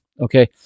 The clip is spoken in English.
Okay